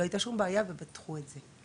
לא הייתה שום בעיה ופתחו את זה.